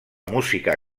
música